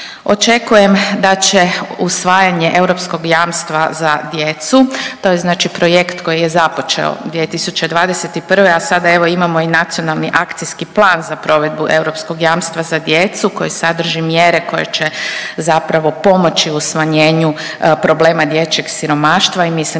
Očekujem da će usvajanje Europskog jamstva za djecu, to je znači projekt koji je započeo 2021. a sada evo imamo i Nacionalni akcijski plan za provedbu europskog jamstva za djecu koji sadrži mjere koje će zapravo pomoći u smanjenju problema dječjeg siromaštva i mislim